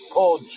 Paul